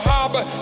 Harbor